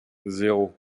zéro